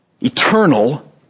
eternal